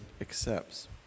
accepts